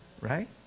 right